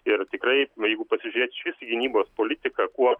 ir tikrai jeigu pasižiūrėt išvis į gynybos politiką kuo